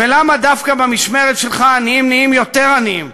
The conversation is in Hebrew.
ולמה דווקא במשמרת שלך עניים נהיים יותר עניים.